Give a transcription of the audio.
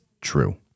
true